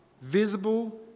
visible